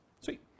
Sweet